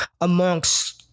amongst